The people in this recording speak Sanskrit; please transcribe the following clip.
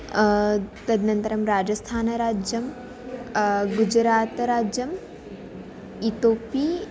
तदनन्तरं राजस्थानराज्यं गुजरातराज्यम् इतोपि